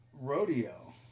Rodeo